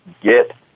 get